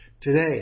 today